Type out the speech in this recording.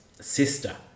sister